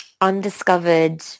undiscovered